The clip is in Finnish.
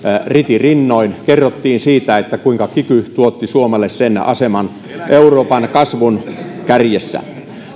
ritirinnoin kerrottiin siitä kuinka kiky tuotti suomelle aseman euroopan kasvun kärjessä